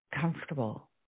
comfortable